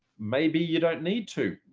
maybe you don't need to.